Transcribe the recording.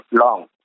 long